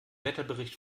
wetterbericht